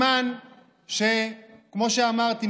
כמו שאמרתי,